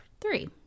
three